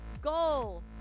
goal